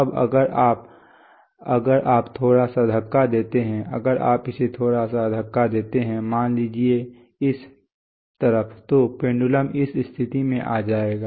अब अगर आप अगर आप थोड़ा सा धक्का देते हैं अगर आप इसे थोड़ा सा धक्का देते हैं मान लीजिए इस तरफ तो पेंडुलम इस स्थिति में आ जाएगा